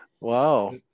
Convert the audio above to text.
Wow